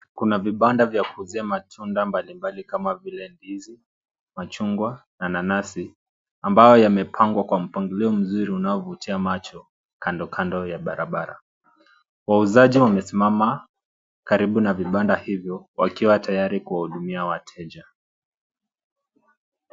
Kuna vibanda vya kuuzia matunda mbali mbali kama vile ndizi, machungwa na nanasi ambayo yamepangwa kwa mpangilio mzuri unaovutia macho kando kando ya barabara. Wauzaji wamesimama karibu na vibanda hivyo wakiwa tayari kuwahudumia wateja.